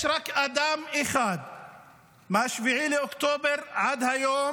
יש רק אדם אחד שמ-7 באוקטובר ועד היום